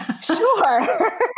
Sure